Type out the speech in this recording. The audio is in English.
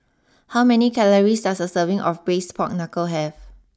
how many calories does a serving of Braised Pork Knuckle have